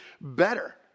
better